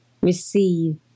Receive